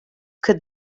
could